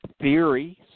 theories